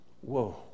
Whoa